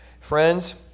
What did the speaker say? Friends